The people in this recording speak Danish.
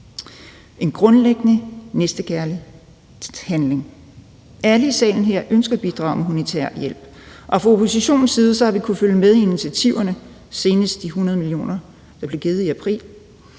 en grundlæggende næstekærlig handling. Alle i salen her ønsker at bidrage med humanitær hjælp. Fra oppositionens side har vi kunnet følge med i initiativerne, senest de 100 mio. kr., der blev givet i april.